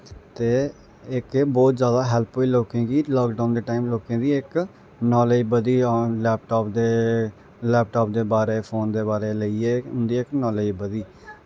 ते इक एह् बौह्त जादा हैल्प होई लोकें गी लाकडाउन दे टैम लोकें दी इक नॉलेज़ बधी लैपटाप लैपटाप दे बारे च फोन दे बारे च इ'यै उं'दा नालेज़ बधी